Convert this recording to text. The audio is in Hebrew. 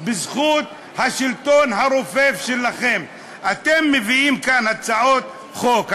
בזכות השלטון הרופף שלכם אתם מביאים כאן הצעות חוק.